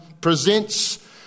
presents